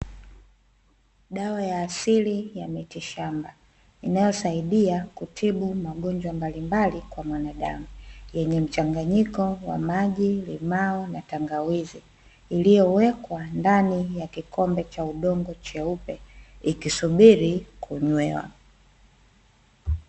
Dawa ya asili ya mitishamba inayo saidia kutibu magonjwa mbalimbali kwa mwanadamu, yenye mchanganyiko wa maji, limao na tangawizi iliyo wekwa ndani ya kikombe cha udongo cheupe ikisubiri kunywewa.